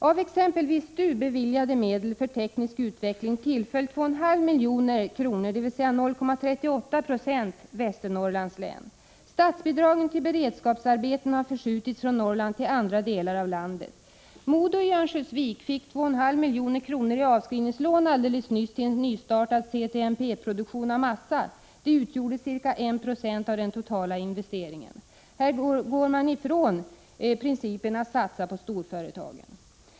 Men exempelvis av de av STU beviljade medlen för teknisk utveckling tillföll endast 2,5 milj.kr., dvs. 0,38 20 Västernorrlands län. Statsbidragen till beredskapsarbeten har förskjutits från Norrland till andra delar av landet. MoDo i Örnsköldsvik fick helt nyligen 2,5 milj.kr. i avskrivningslån för en nystartad CTMP-produktion av massa, vilket utgjorde ca 1 26 av den totala investeringen. Här går man ifrån principen att satsa på storföretagen.